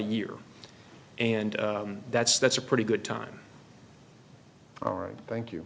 a year and that's that's a pretty good time all right thank you